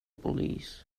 police